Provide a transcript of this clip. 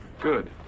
Good